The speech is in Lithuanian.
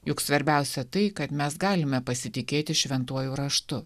juk svarbiausia tai kad mes galime pasitikėti šventuoju raštu